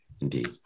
Indeed